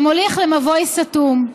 זה מוליך למבוי סתום,